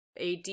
AD